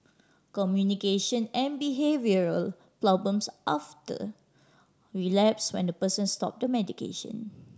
communication and behavioural problems often relapse when the person stops the medication